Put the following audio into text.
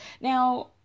Now